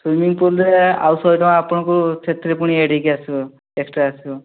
swimming ପୁଲ୍ରେ ଆଉ ଶହେଟଙ୍କା ଆପଣଙ୍କୁ ସେଥିରେ ପୁଣି ଏଡ଼୍ ହୋଇକି ଆସିବ ଏକ୍ସଟ୍ରା ଆସିବ